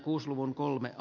arvoisa puhemies